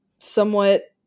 somewhat